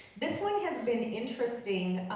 this one has been interesting.